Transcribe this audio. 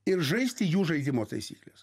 ir žaisti jų žaidimo taisykles